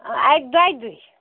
اَکہِ دۄیہِ دۄہہِ